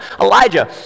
Elijah